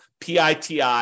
PITI